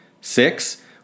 Six